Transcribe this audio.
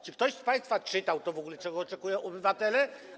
Czy ktoś z państwa czytał to w ogóle, czego oczekują obywatele?